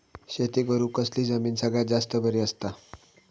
शेती करुक कसली जमीन सगळ्यात जास्त बरी असता?